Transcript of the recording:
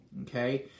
okay